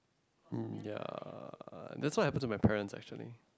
um ya that's why I put to my parents actually